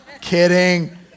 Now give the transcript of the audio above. kidding